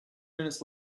minutes